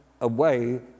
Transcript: away